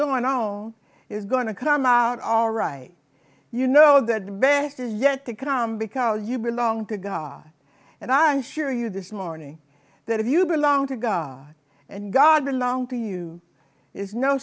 going on is going to come out all right you know that the best is yet to come because you belong to god and i assure you this morning that if you belong to god and god belong to you is no